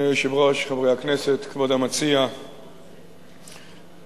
היושב-ראש, חברי הכנסת, כבוד המציע, תהית,